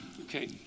Okay